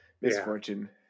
misfortune